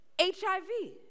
HIV